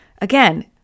Again